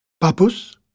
Papus